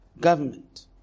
government